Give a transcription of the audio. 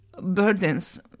burdens